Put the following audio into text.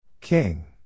King